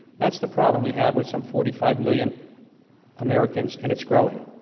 that's the problem we have with some forty five million americans, and it's growing.